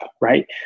right